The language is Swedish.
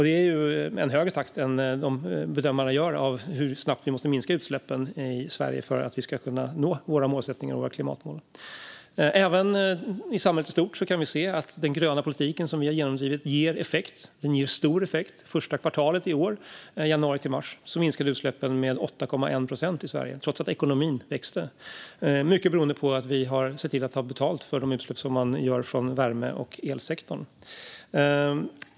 Det är en högre minskningstakt än vad bedömarna har angett som nödvändig för att vi ska kunna nå våra klimatmål. Även i samhället i stort kan vi se att den gröna politik som vi har genomdrivit ger effekt. Den ger stor effekt. Första kvartalet i år, från januari till mars, minskade utsläppen med 8,1 procent i Sverige, trots att ekonomin växte - mycket beroende på att vi har sett till att ta betalt för de utsläpp som görs i värme och elsektorn.